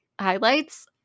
highlights